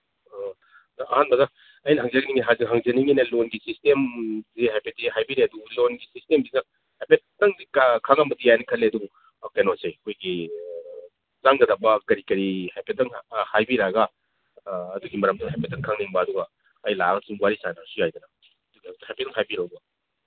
ꯑꯣ ꯑꯗꯨ ꯑꯍꯥꯟꯕꯗ ꯑꯩꯅ ꯍꯪꯖꯅꯤꯡꯉꯤꯅ ꯂꯣꯟꯒꯤ ꯁꯤꯁꯇꯦꯝꯁꯤ ꯍꯥꯏꯐꯦꯠꯇꯤ ꯍꯥꯏꯕꯤꯔꯦ ꯑꯗꯨꯕꯨ ꯂꯣꯟꯒꯤ ꯁꯤꯁꯇꯦꯝꯁꯤ ꯍꯥꯏꯐꯦꯠꯇꯪ ꯈꯪꯉꯝꯕꯗꯤ ꯌꯥꯏꯌꯦꯅ ꯈꯜꯂꯤ ꯑꯗꯨꯕꯨ ꯀꯩꯅꯣꯁꯦ ꯑꯩꯈꯣꯏꯒꯤ ꯆꯪꯒꯗꯕ ꯀꯔꯤ ꯀꯔꯤ ꯍꯥꯏꯐꯦꯠꯇꯪ ꯍꯥꯏꯕꯤꯔꯛꯑꯒ ꯑꯗꯨꯒꯤ ꯃꯔꯝꯗ ꯍꯥꯏꯐꯦꯠꯇꯪ ꯈꯪꯅꯤꯡꯕ ꯑꯗꯨꯒ ꯑꯩ ꯂꯥꯛꯑꯒꯁꯨ ꯋꯥꯔꯤ ꯁꯥꯟꯅꯔꯁꯨ ꯌꯥꯏꯗꯅ ꯍꯥꯏꯐꯦꯠꯇꯪ ꯍꯥꯏꯕꯤꯔꯛꯎꯕ